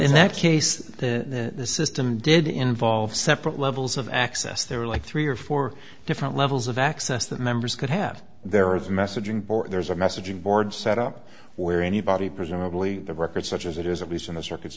in that case the system did involve separate levels of access there were like three or four different levels of access that members could have there or the messaging board there's a messaging board set up where anybody presumably the record such as it is at least in the circuit